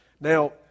Now